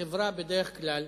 חברה, בדרך כלל,